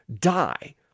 die